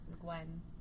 Gwen